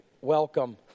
Welcome